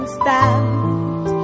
stand